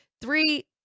Three